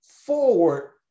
forward